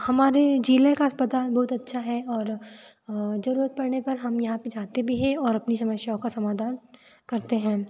हमारे ज़िले का अस्पताल बहुत अच्छा है और ज़रूरत पड़ने पर हम यहाँ पर जाते भी हैं और अपनी समस्याओं का समाधान करते हैं